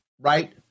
Right